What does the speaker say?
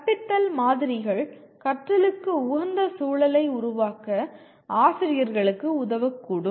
கற்பித்தல் மாதிரிகள் கற்றலுக்கு உகந்த சூழலை உருவாக்க ஆசிரியர்களுக்கு உதவக்கூடும்